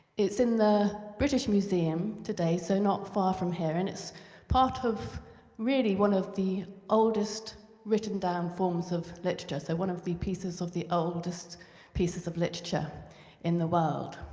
it's in the british museum today, so not far from here, and it's part of one of the oldest written-down forms of literature, so one of the pieces of the oldest pieces of literature in the world.